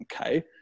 okay